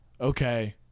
Okay